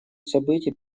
событий